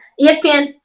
ESPN